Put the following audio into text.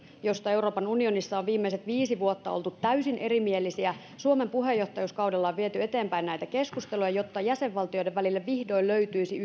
josta euroopan unionissa on viimeiset viisi vuotta oltu täysin erimielisiä suomen puheenjohtajuuskaudella on viety eteenpäin näitä keskusteluja jotta jäsenvaltioiden välille vihdoin löytyisi